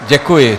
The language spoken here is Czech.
Děkuji.